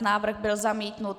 Návrh byl zamítnut.